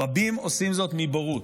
רבים עושים זאת מבורות.